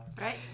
Right